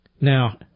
Now